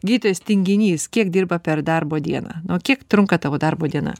gytis tinginys kiek dirba per darbo dieną nu kiek trunka tavo darbo diena